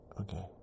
Okay